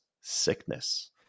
sickness